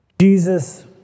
Jesus